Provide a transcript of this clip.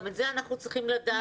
גם את זה אנחנו צריכים לדעת.